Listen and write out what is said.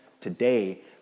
today